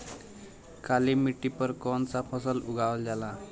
काली मिट्टी पर कौन सा फ़सल उगावल जाला?